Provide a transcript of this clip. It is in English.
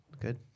Good